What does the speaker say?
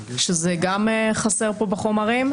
וגם זה חסר פה בחומרים.